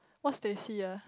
what's teh C ah